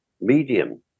medium